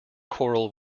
choral